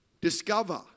discover